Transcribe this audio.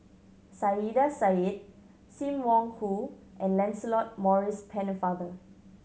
Saiedah Said Sim Wong Hoo and Lancelot Maurice Pennefather